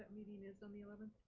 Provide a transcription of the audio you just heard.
meeting is on the eleventh?